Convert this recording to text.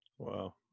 Wow